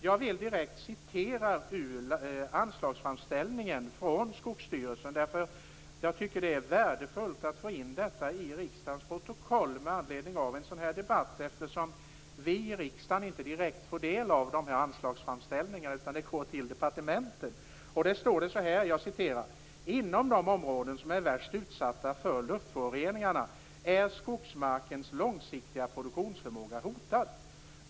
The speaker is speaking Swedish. Jag vill citera direkt ur anslagsframställningen från Skogsstyrelsen, därför att jag tycker att det är värdefullt att få in detta i riksdagens protokoll från denna debatt, eftersom vi i riksdagen ju inte direkt får del av dessa anslagsframställningar, som går till departementen. Det står så här: "Inom de områden som är värst utsatta för luftföroreningarna är skogsmarkens långsiktiga produktionsförmåga hotad.